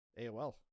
AOL